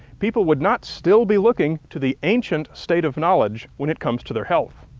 people would not still be looking to the ancient state of knowledge when it comes to their health.